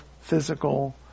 physical